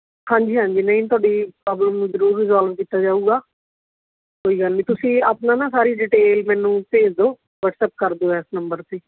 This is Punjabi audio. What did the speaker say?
ਹਾਂਜੀ ਹਾਂਜੀ ਨਹੀਂ ਤੁਹਾਡੀ ਪ੍ਰੋਬਲਮ ਨੂੰ ਜ਼ਰੂਰ ਰਿਜੋਲਵ ਕੀਤਾ ਜਾਊਗਾ ਕੋਈ ਗੱਲ ਨਹੀਂ ਤੁਸੀਂ ਆਪਣਾ ਨਾ ਸਾਰੀ ਡਿਟੇਲ ਮੈਨੂੰ ਭੇਜ ਦਿਓ ਵਟਸਐਪ ਕਰ ਦਿਓ ਇਸ ਨੰਬਰ 'ਤੇ